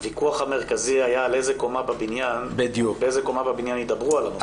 הוויכוח המרכזי היה באיזו קומה בבניין ידברו על הנושא הזה.